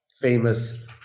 famous